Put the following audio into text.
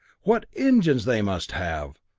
what engines they must have!